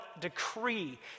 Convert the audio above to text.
decree